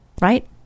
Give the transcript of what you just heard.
right